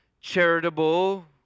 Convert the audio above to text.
charitable